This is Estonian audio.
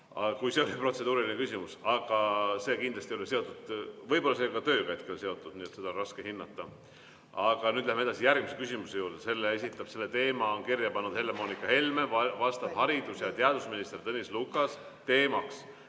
kui see oli protseduuriline küsimus. Aga see kindlasti ei ole seotud … Võib-olla see ei ole ka tööga hetkel seotud, seda on raske hinnata. Aga nüüd läheme edasi järgmise küsimuse juurde. Selle teema on kirja pannud Helle-Moonika Helme, vastab haridus‑ ja teadusminister Tõnis Lukas, teema